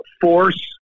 force